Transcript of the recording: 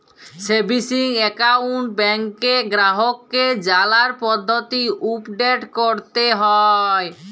savings account ব্যাংকে গ্রাহককে জালার পদ্ধতি উপদেট ক্যরতে হ্যয়